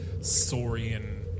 saurian